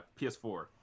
PS4